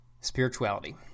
spirituality